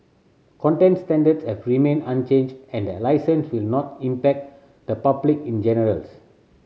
content standards have unchanged and the licence will not impact the public in generals